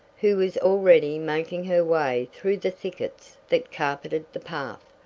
who was already making her way through the thickets that carpeted the path.